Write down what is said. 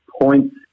points